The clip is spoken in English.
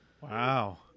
wow